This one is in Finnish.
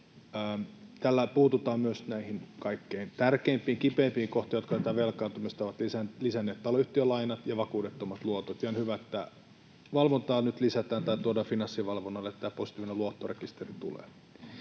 Tällä puututaan myös näihin kaikkein tärkeimpiin, kipeimpiin kohtiin, jotka tätä velkaantumista ovat lisänneet, taloyhtiölainoihin ja vakuudettomiin luottoihin. On hyvä, että valvonta nyt tuodaan Finanssivalvonnalle ja tämä positiivinen luottorekisteri tulee.